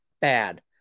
bad